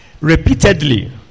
repeatedly